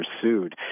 pursued